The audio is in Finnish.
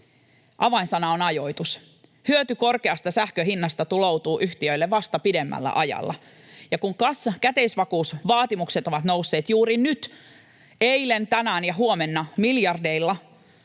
Avainsana on ajoitus. Hyöty korkeasta sähkön hinnasta tuloutuu yhtiöille vasta pidemmällä ajalla, ja kun käteisvakuusvaatimukset ovat nousseet juuri nyt — eilen, tänään ja huomenna — miljardeilla,